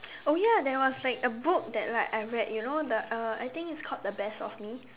oh ya there was like a book that like I read you know the uh I think it's called The Best of Me